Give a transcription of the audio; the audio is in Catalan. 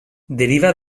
deriva